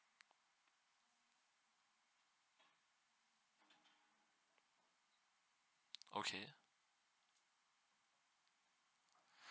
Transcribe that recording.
okay